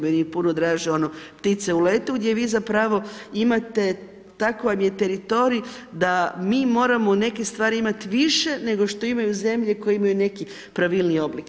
Meni je puno draže ono ptice u letu gdje vi zapravo imate, takav vam je teritorij da mi moramo neke stvari imati više nego što imaju zemlje koje imaju neki pravilniji oblik.